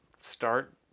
start